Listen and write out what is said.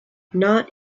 not